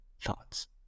Thoughts